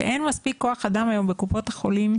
שאין מספיק כוח אדם היום בקופות החולים